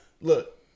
look